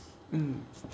mm